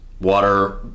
water